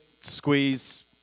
squeeze